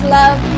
love